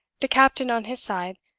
the captain, on his side,